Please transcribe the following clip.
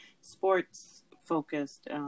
sports-focused